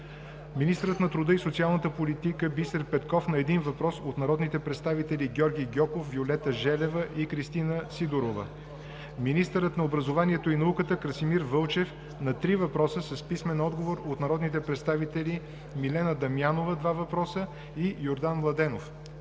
министърът на труда и социалната политика Бисер Петков на един въпрос от народните представители Георги Гьоков, Виолета Желева и Кристина Сидорова; - министърът на образованието и науката Красимир Вълчев на три въпроса с писмен отговор от народните представители Милена Дамянова – два въпроса, и Йордан Младенов;